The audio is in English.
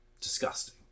disgusting